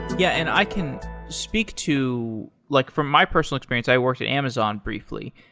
yeah, and i can speak to like from my person experience, i worked at amazon briefly,